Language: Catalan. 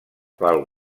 pel